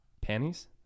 Panties